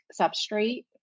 substrate